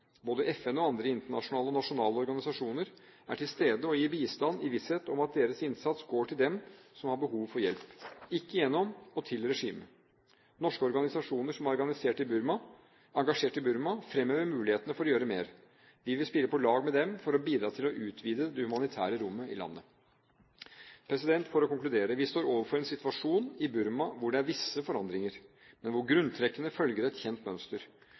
Både FN og andre internasjonale og nasjonale organisasjoner er til stede og gir bistand i visshet om at deres innsats går til dem som har behov for hjelp – ikke gjennom og til regimet. Norske organisasjoner som er engasjert i Burma, fremhever mulighetene for å gjøre mer. Vi vil spille på lag med dem for å bidra til å utvide det humanitære rommet i landet. For å konkludere: Vi står overfor en situasjon i Burma hvor det er visse forandringer, men hvor grunntrekkene følger et kjent mønster: